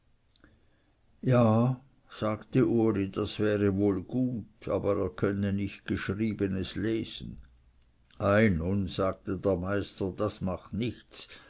ja sagte uli das wäre wohl gut aber er könne nicht geschriebenes lesen ei nun sagte der meister das macht nichts